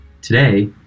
Today